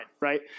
right